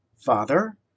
Father